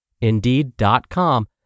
Indeed.com